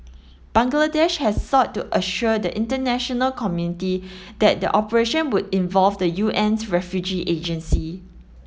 Bangladesh has sought to assure the international community that the operation would involve the UN's refugee agency